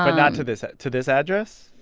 but not to this to this address?